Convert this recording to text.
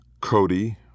Cody